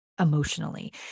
Emotionally